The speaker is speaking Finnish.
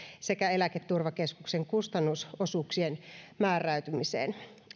sekä eläketurvakeskuksen kustannusosuuksien määräytymiseen